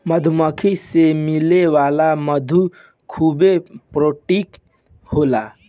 मधुमक्खी से मिले वाला मधु खूबे पौष्टिक होला